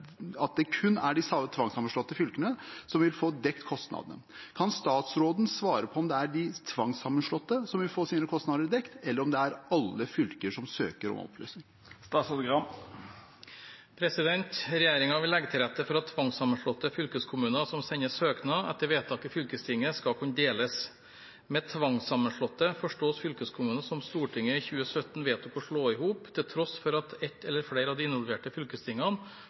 de tvangssammenslåtte fylkene som vil få dekt kostnadene. Kan statsråden svare på om det er de tvangssammenslåtte som vil få sine kostnader dekt, eller om det gjelder alle fylker som søker om en oppløsning?» Regjeringen vil legge til rette for at tvangssammenslåtte fylkeskommuner som sender søknad etter vedtak i fylkestinget, skal kunne deles. Med «tvangssammenslåtte» forstås fylkeskommuner som Stortinget i 2017 vedtok å slå sammen, til tross for at ett eller flere av de involverte fylkestingene